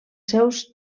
seus